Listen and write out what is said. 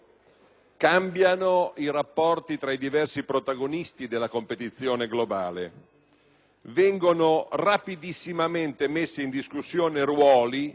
Cambiano i rapporti tra i diversi protagonisti della competizione globale. Vengono rapidissimamente messi in discussione ruoli,